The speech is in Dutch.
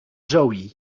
zoë